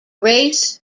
race